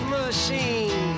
machine